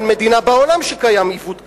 אין מדינה בעולם שקיים בה עיוות כזה.